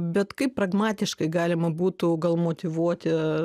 bet kaip pragmatiškai galima būtų gal motyvuoti